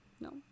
No